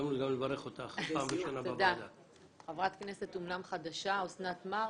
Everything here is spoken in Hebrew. חברת כנסת חדשה, אסנת מרק,